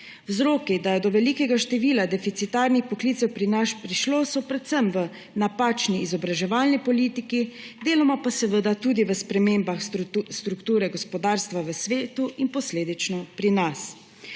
prišlo do velikega števila deficitarnih poklicev, so predvsem v napačni izobraževalni politiki, deloma pa seveda tudi v spremembah strukture gospodarstva v svetu in posledično pri nas.